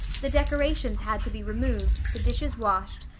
the decorations had to be removed, the dishes washed,